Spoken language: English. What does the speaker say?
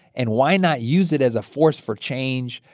and why not use it as a force for change,